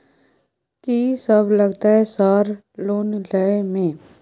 कि सब लगतै सर लोन लय में?